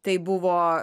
tai buvo